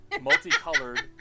Multicolored